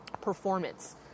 performance